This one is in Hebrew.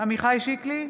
עמיחי שיקלי,